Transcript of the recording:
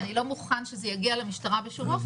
אני לא מוכן שזה יגיע למשטרה בשום אופן,